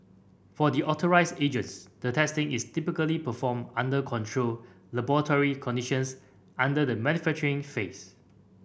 for the authorised agents the testing is typically performed under controlled laboratory conditions under the manufacturing phase